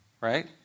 right